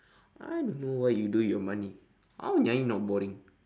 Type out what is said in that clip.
I don't know what you do with your money how nyai not boring